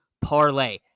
parlay